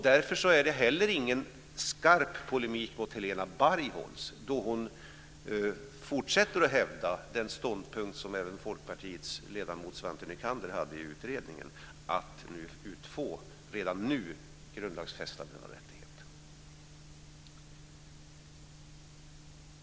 Därför är det heller ingen skarp polemik mot Helena Bargholtz, som fortsätter att hävda den ståndpunkt som även Folkpartiets ledamot Svante Nycander hade i utredningen, att redan nu få denna rättighet grundlagsfäst.